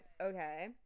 okay